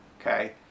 okay